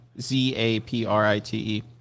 Z-A-P-R-I-T-E